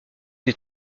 des